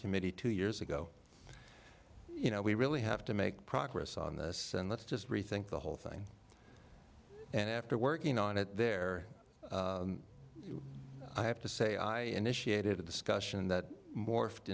committee two years ago you know we really have to make progress on this and let's just rethink the whole thing and after working on it there i have to say i initiated a discussion that morphed